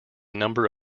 number